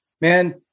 man